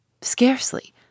Scarcely